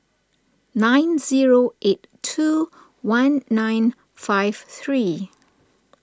nine zero eight two one nine five three